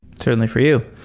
certainly for you,